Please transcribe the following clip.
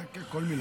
כן, כל מילה.